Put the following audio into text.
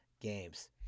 games